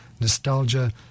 nostalgia